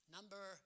Number